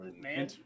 man